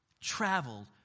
traveled